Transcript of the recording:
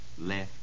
left